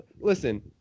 listen